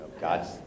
God's